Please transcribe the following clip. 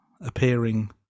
appearing